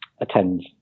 attend